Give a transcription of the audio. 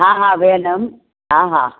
हा हा वेहंदमि हा हा